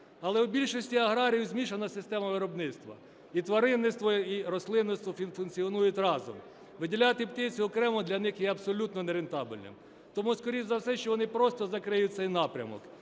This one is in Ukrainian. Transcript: Але у більшості аграріїв змішана система виробництва, – і тваринництво, і рослинництво функціонують разом, виділяти птицю окремо для них є абсолютно нерентабельним. Тому скоріш за все, що вони просто закриють цей напрямок,